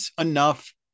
enough